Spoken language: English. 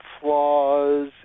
flaws